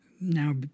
now